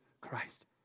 Christ